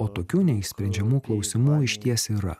o tokių neišsprendžiamų klausimų išties yra